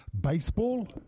baseball